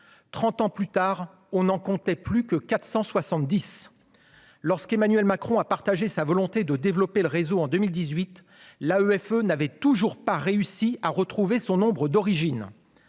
ans plus tard, il n'en comptait plus que 470. Lorsqu'Emmanuel Macron a partagé sa volonté de développer le réseau en 2018, l'AEFE n'était toujours pas parvenue à recouvrer le nombre d'écoles